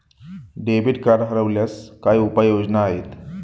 Debit card हरवल्यास काय उपाय योजना आहेत?